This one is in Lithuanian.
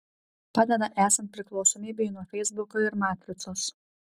padeda esant priklausomybei nuo feisbuko ir matricos